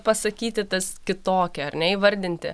pasakyti tas kitokia ar ne įvardinti